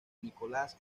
nicolás